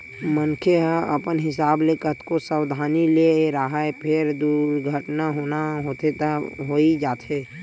मनखे ह अपन हिसाब ले कतको सवधानी ले राहय फेर दुरघटना होना होथे त होइ जाथे